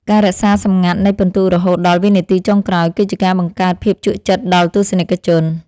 ការរក្សាសម្ងាត់នៃពិន្ទុរហូតដល់វិនាទីចុងក្រោយគឺជាការបង្កើតភាពជក់ចិត្តដល់ទស្សនិកជន។